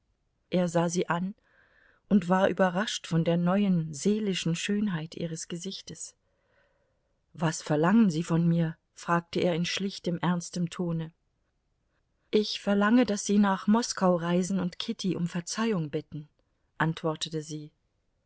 er sah sie an und war überrascht von der neuen seelischen schönheit ihres gesichtes was verlangen sie von mir fragte er in schlichtem ernstem tone ich verlange daß sie nach moskau reisen und kitty um verzeihung bitten antwortete sie